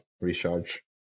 recharge